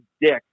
dick